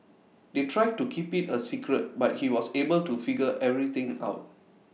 they tried to keep IT A secret but he was able to figure everything out